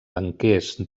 banquers